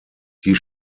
die